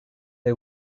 hey